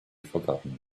forgotten